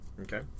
Okay